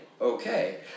okay